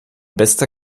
bester